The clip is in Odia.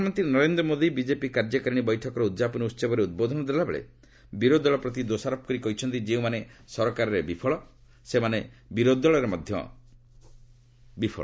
ପ୍ରଧାନମନ୍ତ୍ରୀ ନରେନ୍ଦ୍ର ମୋଦି ବିକେପି କାର୍ଯ୍ୟକାରିଣୀ ବୈଠକର ଉଦ୍ଯାପନୀ ଉତ୍ସବରେ ଉଦ୍ବୋଧନ ଦେଲାବେଳେ ବିରୋଧି ଦଳ ପ୍ରତି ଦୋଷାରୋପ କରି କହିଛନ୍ତି ଯେଉଁମାନେ ସରକାରରେ ବିଫଳ ସେମାନେ ବିରୋଧି ଦଳରେ ମଧ୍ୟ ବିଫଳ